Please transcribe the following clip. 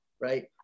right